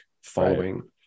following